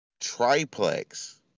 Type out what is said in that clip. triplex